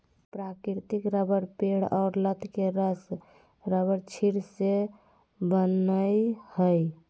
प्राकृतिक रबर पेड़ और लत के रस रबरक्षीर से बनय हइ